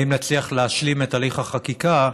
אם נצליח להשלים את הליך החקיקה,